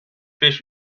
beş